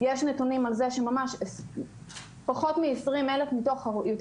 יש נתונים על זה שפחות מ-20,000 מתוך יותר